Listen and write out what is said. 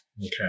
Okay